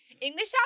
English